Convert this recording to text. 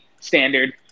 standard